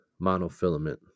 monofilament